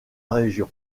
région